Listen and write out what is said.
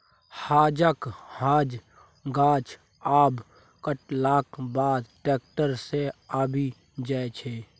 हांजक हांज गाछ आब कटलाक बाद टैक्टर सँ आबि जाइ छै